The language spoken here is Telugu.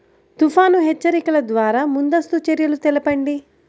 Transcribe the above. తుఫాను హెచ్చరికల ద్వార ముందస్తు చర్యలు తెలపండి?